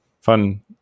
fun